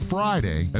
Friday